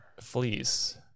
Fleece